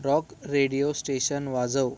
rock radio station वाजव